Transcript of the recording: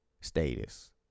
status